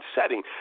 setting